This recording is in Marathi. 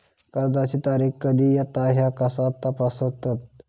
कर्जाची तारीख कधी येता ह्या कसा तपासतत?